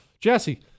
Jesse